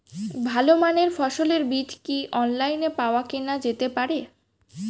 ভালো মানের ফসলের বীজ কি অনলাইনে পাওয়া কেনা যেতে পারে?